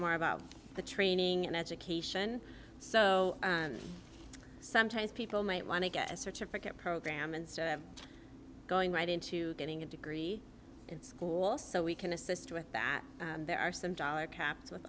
more about the training and education so sometimes people might want to get a certificate program and going right into getting a degree in school so we can assist with that there are some dollar caps with